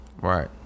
Right